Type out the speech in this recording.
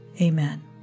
Amen